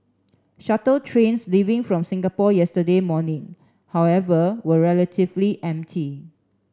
shuttle trains leaving from Singapore yesterday morning however were relatively empty